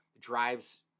drives